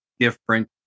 different